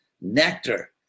nectar